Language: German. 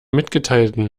mitgeteilten